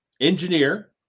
engineer